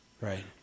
Right